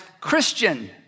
Christian